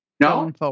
No